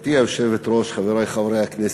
גברתי היושבת-ראש, חברי חברי הכנסת,